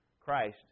Christ